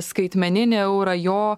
skaitmeninį eurą jo